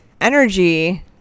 energy